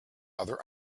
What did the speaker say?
other